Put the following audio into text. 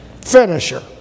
finisher